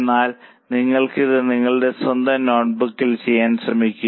എന്നാൽ നിങ്ങൾ ഇത് നിങ്ങളുടെ സ്വന്തം നോട്ട് ബുക്കിൽ ചെയ്യാൻ ശ്രമിക്കുക